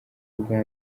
ubwa